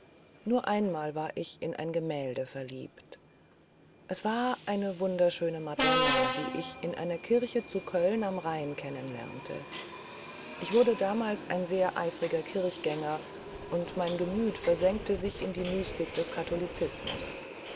nur einmal war ich in ein gemälde verliebt es war eine wunderschöne madonna die ich in einer kirche zu köln am rhein kennenlernte ich wurde damals ein sehr eifriger kirchengänger und mein gemüt versenkte sich in die mystik des katholizismus